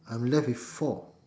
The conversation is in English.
I'm left with four